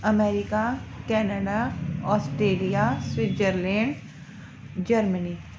America Canada Australia Switzerland Germany